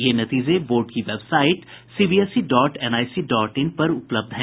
ये नतीजे बोर्ड की website CBSE dot NIC dot in पर उपलब्ध हैं